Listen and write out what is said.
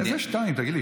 איזה שניים, תגיד לי?